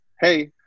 Hey